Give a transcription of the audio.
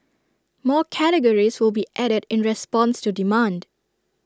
more categories will be added in response to demand